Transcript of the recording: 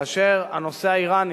כאשר הנושא האירני,